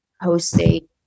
hosting